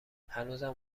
هنوزم